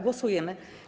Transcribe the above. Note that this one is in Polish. Głosujemy.